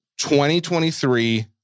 2023